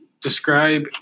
Describe